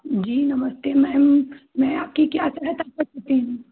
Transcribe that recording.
जी नमस्ते मैम मैं आपकी क्या सहायता कर सकती हूँ